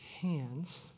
hands